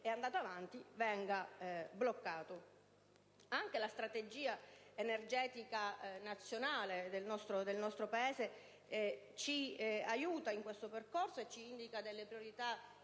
è andato avanti. Anche la strategia energetica nazionale del nostro Paese ci aiuta in tale percorso e ci indica delle priorità